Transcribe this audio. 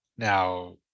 Now